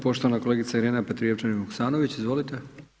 Poštovana kolegica Irena Petrijevčanin Vuksanović, izvolite.